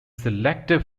selective